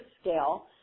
scale